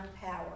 power